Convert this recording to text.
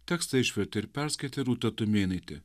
tekstą išvertė ir perskaitė rūta tumėnaitė